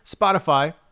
Spotify